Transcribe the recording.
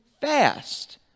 fast